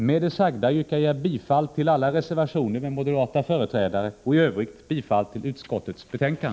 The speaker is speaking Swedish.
Med det sagda yrkar jag bifall till alla reservationer med moderata företrädare och i övrigt bifall till utskottets hemställan.